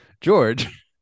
George